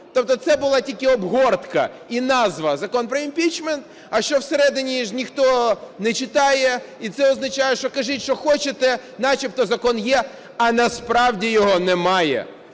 Тобто це була тільки обгортка і назва "Закон про імпічмент", а що всередині, ніхто не читає. І це означає, що кажіть що хочете, начебто закон є, а насправді його немає.